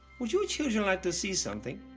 would you children like to see something?